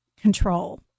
control